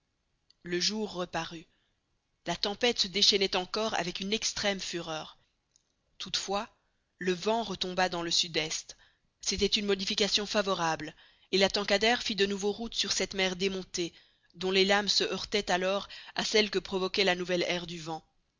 le jour reparut la tempête se déchaînait encore avec une extrême fureur toutefois le vent retomba dans le sud-est c'était une modification favorable et la tankadère fit de nouveau route sur cette mer démontée dont les lames se heurtaient alors à celles que provoquait la nouvelle aire du vent